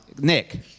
Nick